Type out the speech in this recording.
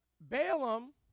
Balaam